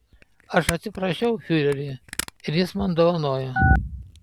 aš atsiprašiau fiurerį ir jis man dovanojo